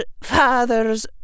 father's